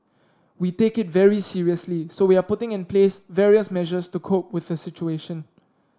we take it very seriously so we are putting in place various measures to cope with the situation